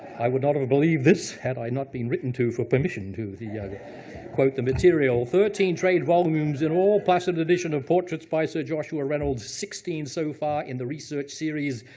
i would not have believed this, had i not been written to for permission to quote the material. thirteen trade volumes in all, plus an addition of portraits by sir joshua reynolds. sixteen, so far, in the research series,